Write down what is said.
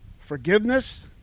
forgiveness